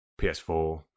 PS4